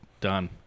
Done